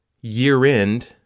year-end